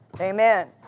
Amen